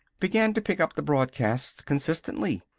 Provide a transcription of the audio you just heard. began to pick up the broadcasts consistently,